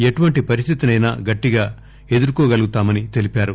ఎటువంటి పరిస్దితినైనా గట్టిగా ఎదుర్కోగలుగుతామని తెలిపారు